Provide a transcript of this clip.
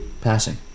passing